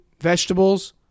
vegetables